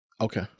Okay